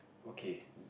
okay